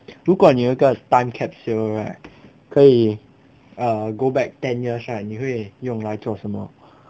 如果你有一个 time capsule right 可以 err go back ten years right 你会用来做什么